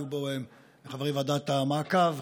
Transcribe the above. היו בו חברי ועדת המעקב,